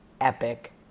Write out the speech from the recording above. epic